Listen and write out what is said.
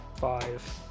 five